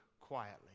quietly